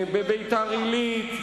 וביתר-עלית,